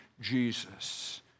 Jesus